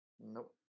Nope